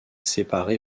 séparé